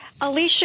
Alicia